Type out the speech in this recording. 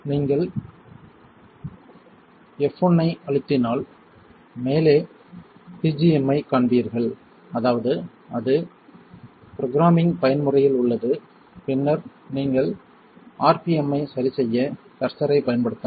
நீங்கள் F1 ஐ அழுத்தினால் மேலே PGM ஐக் காண்பீர்கள் அதாவது அது புரோகிராமிங் பயன்முறையில் உள்ளது பின்னர் நீங்கள் ஆர்பிஎம் ஐ சரி செய்ய கர்சரைப் பயன்படுத்தலாம்